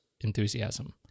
enthusiasm